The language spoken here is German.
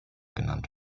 genannt